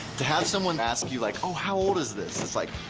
to have someone ask you, like, oh, how old is this? it's like,